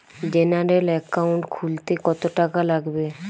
General account খুলতে কত টাকা লাগবে?